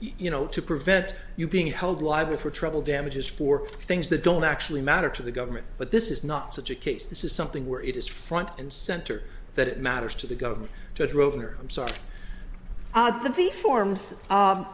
you know to prevent you being held liable for trouble damages for things that don't actually matter to the government but this is not such a case this is something where it is front and center that it matters to the government to throw in or i'm sorry the the forms